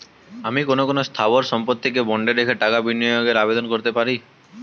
আমি কোন কোন স্থাবর সম্পত্তিকে বন্ডে রেখে টাকা বিনিয়োগের আবেদন করতে পারি?